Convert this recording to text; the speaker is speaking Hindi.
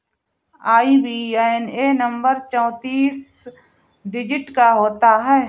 आई.बी.ए.एन नंबर चौतीस डिजिट का होता है